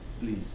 please